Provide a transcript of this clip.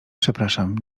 przepraszam